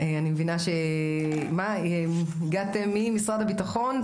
אני מבינה שהגעתם ממשרד הביטחון,